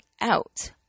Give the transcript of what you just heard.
out